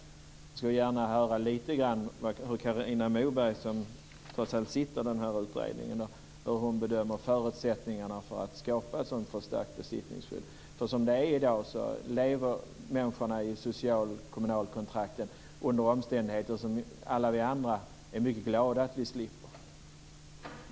Jag skulle gärna höra lite grann hur Carina Moberg som sitter i utredningen bedömer förutsättningarna för att skapa ett sådant förstärkt besittningsskydd. Som det är i dag lever människorna med sociala och kommunala kontrakt under omständigheter som alla vi andra är mycket glada för att vi slipper.